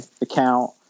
account